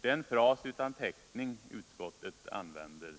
Det är en fras utan täckning utskottet använder.